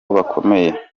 bakomeye